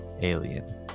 alien